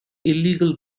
illegal